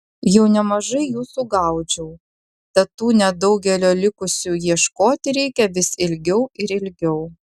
jau nemažai jų sugaudžiau tad tų nedaugelio likusių ieškoti reikia vis ilgiau ir ilgiau